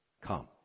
come